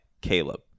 caleb